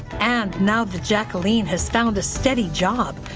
and now that jacqueline has found a steady job,